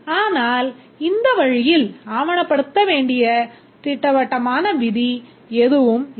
ஆனால் இந்த வழியில் ஆவணப்படுத்த வேண்டிய திட்ட வட்டமான விதி எதுவும் இல்லை